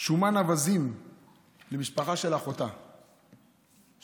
שומן אווזים למשפחה של אחותה דרייזא,